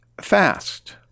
fast